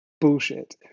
bullshit